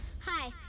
Hi